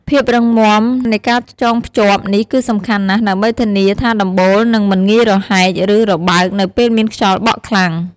ភាពរឹងមាំនៃការចងភ្ជាប់នេះគឺសំខាន់ណាស់ ដើម្បីធានាថាដំបូលនឹងមិនងាយរហែក ឬរបើកនៅពេលមានខ្យល់បក់ខ្លាំង។